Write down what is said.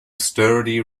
sturdy